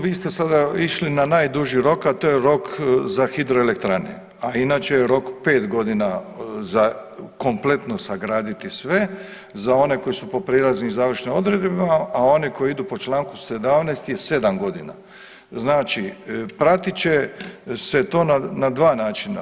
Vi ste sada išli na najduži rok, a to je rok za hidroelektrane, a inače je rok 5.g. za kompletno sagraditi sve za one koji su po prijelaznim i završnim odredbama, a one koje idu po čl. 17. je 7.g., znači pratit će se to na dva načina.